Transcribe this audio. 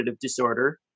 disorder